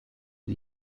die